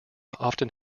often